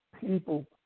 People